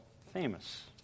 famous